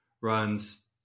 runs